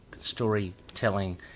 storytelling